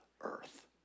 earth